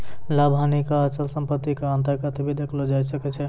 लाभ हानि क अचल सम्पत्ति क अन्तर्गत भी देखलो जाय सकै छै